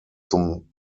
zum